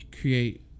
create